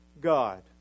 God